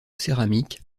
céramique